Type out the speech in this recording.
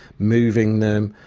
moving them,